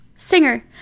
singer